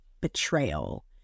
Betrayal